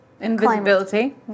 Invisibility